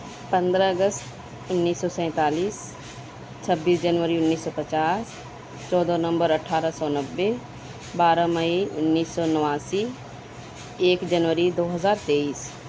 پندرہ اگست اُنیس سو سینتالیس چھبیس جنوری اُنیس سو پچاس چودہ نومبر اٹھارہ سو نبے بارہ مئی اُنیس سو نواسی ایک جنوری دو ہزار تیئس